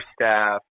staff